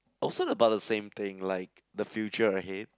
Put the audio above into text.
also about the same thing like the future ahead